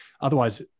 otherwise